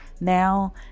now